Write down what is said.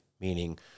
meaning